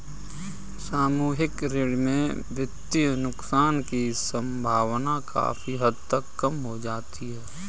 सामूहिक ऋण में वित्तीय नुकसान की सम्भावना काफी हद तक कम हो जाती है